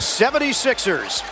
76ers